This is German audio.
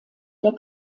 der